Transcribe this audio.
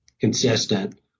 consistent